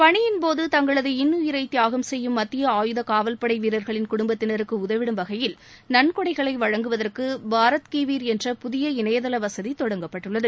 பணியின்போது தங்களது இன்னுயிரை தியாகம் செய்யும் மத்திய ஆயுத காவல்படை வீரர்களின் குடும்பத்தினருக்கு உதவிடும் வகையில் நன்கொடைகளை வழங்குவதற்கு பாரத் கீடிவீர் என்ற புதிய இணைதள வசதி தொடங்கப்பட்டுள்ளது